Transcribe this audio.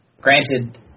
Granted